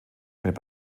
mit